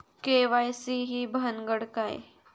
KYC ही भानगड काय?